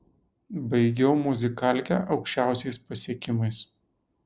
baigiau muzikalkę aukščiausiais pasiekimais